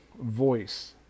voice